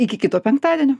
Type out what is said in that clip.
iki kito penktadienio